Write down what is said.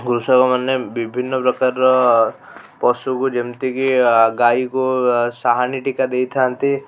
କୃଷକମାନେ ବିଭିନ୍ନ ପ୍ରକାରର ପଶୁକୁ ଯେମିତିକି ଗାଈକୁ ସାହାଣୀ ଟିକା ଦେଇଥାନ୍ତି